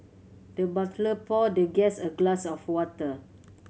the butler poured the guest a glass of water